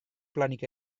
planik